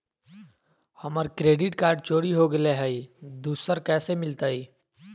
हमर credit card चोरी हो गेलय हई, दुसर कैसे मिलतई?